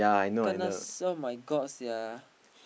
kannasai [oh]-my-god sia